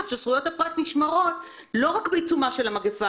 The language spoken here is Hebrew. שזכויות הפרט נשמרות גם לאחר המגפה,